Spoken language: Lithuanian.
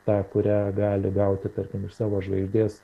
tą kurią gali gauti tarkim iš savo žvaigždės